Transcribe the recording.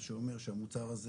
מה שאומר שהמוצר הזה